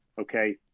Okay